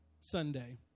Sunday